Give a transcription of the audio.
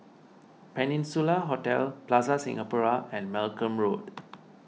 Peninsula Hotel Plaza Singapura and Malcolm Road